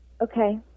Okay